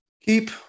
Keep